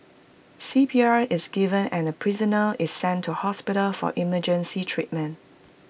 C P R is given and prisoner is sent to hospital for emergency treatment